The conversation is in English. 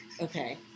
okay